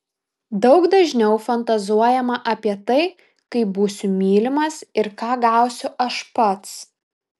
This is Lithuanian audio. daug dažniau fantazuojama apie tai kaip būsiu mylimas ir ką gausiu aš pats